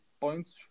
points